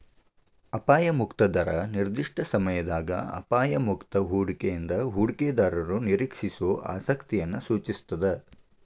ಅಪಾಯ ಮುಕ್ತ ದರ ನಿರ್ದಿಷ್ಟ ಸಮಯದಾಗ ಅಪಾಯ ಮುಕ್ತ ಹೂಡಿಕೆಯಿಂದ ಹೂಡಿಕೆದಾರರು ನಿರೇಕ್ಷಿಸೋ ಆಸಕ್ತಿಯನ್ನ ಸೂಚಿಸ್ತಾದ